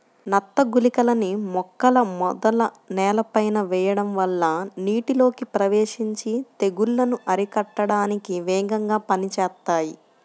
నత్త గుళికలని మొక్కల మొదలు నేలపైన వెయ్యడం వల్ల నీటిలోకి ప్రవేశించి తెగుల్లను అరికట్టడానికి వేగంగా పనిజేత్తాయి